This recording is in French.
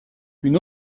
une